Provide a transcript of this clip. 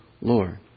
Lord